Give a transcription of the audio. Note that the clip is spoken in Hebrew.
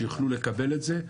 שיוכלו לקבל את זה.